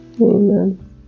Amen